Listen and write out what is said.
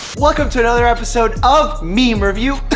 welcome to another episode of meme review.